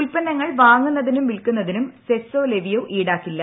ഉൽപ്പന്നങ്ങൾ വാങ്ങുന്നതിനും വിൽക്കുന്നതിനും സെസോ ലെവിയോ ഈടാക്കില്ല